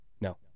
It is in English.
No